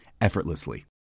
effortlessly